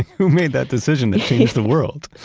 who made that decision that changed the world?